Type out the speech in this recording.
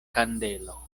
kandelo